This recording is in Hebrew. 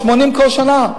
80 כל שנה.